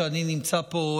שאני נמצא פה,